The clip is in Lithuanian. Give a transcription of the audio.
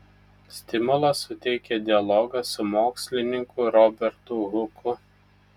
stimulą suteikė dialogas su mokslininku robertu huku